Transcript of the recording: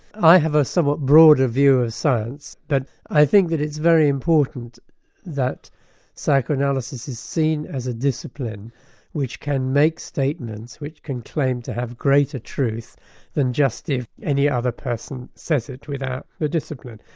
i have a somewhat broader view of science, that i think that it's very important that psychoanalysis is seen as a discipline which can make statements which can claim to have greater truth than just if any other person says it without the discipline.